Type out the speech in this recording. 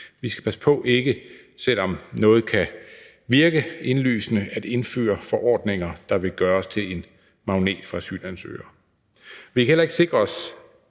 Vi skal passe på, selv om noget kan virke indlysende, ikke at indføre forordninger, der vil gøre os til en magnet for asylansøgere. Vi kan heller ikke sikre os,